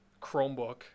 chromebook